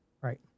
Right